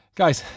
guys